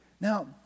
Now